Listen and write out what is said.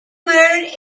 murdered